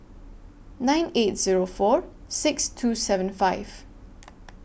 nine eight Zero four six two seven five